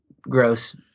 gross